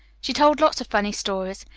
she told lots of funny stories,